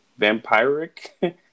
vampiric